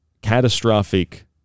catastrophic